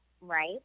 right